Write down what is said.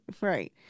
Right